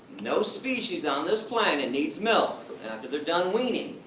no species on this planet needs milk after they're done weaning.